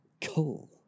Coal